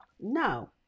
No